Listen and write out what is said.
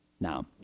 Now